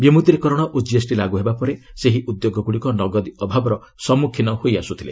ବିମୁଦ୍ରିକରଣ ଓ କିଏସ୍ଟି ଲାଗୁ ପରେ ସେହି ଉଦ୍ୟୋଗ ଗୁଡ଼ିକ ନଗଦୀ ଅଭାବର ସମ୍ମୁଖୀନ ହୋଇଆସୁଥିଲେ